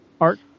art